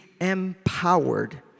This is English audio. empowered